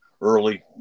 early